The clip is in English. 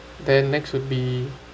then next would be